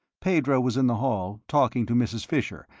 pedro was in the hall, talking to mrs. fisher,